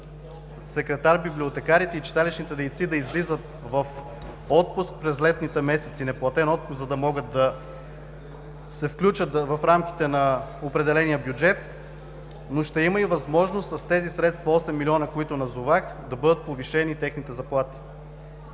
секретар-библиотекарите и читалищните дейци да излизат в неплатен отпуск през летните месеци, за да могат да се включат в рамките на определения бюджет, но ще има и възможност с тези средства – 8 млн. лв., за които споменах, да бъдат повишени техните заплати.